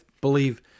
believe